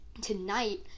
tonight